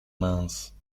mince